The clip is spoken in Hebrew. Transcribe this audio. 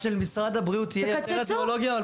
אז שלמשרד הבריאות יהיה יותר רדיולוגיה אבל פחות --- תקצצו,